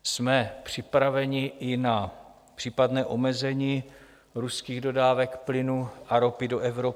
Jsme připraveni i na případné omezení ruských dodávek plynu a ropy do Evropy.